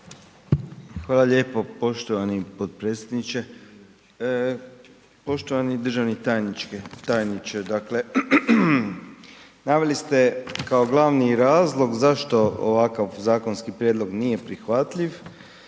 Hvala lijepo poštovani potpredsjedniče. Poštovani državni tajniče, dakle, naveli ste kao glavni razlog zašto ovaj zakonski prijedlog nije prihvatljiv